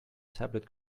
tablet